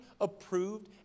approved